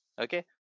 okay